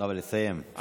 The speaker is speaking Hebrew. אבל לסיים, משפט לסיום.